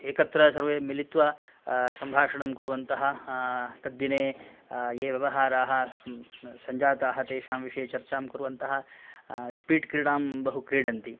एकत्र सर्वे मिलित्वा सम्भाषाणं कुर्वन्तः तद्दिने ये व्यवहाराः सञ्जाताः तेषां विषये चर्चां कुवन्तः इस्पीट् क्रीडां बहु क्रीडन्ति